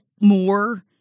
more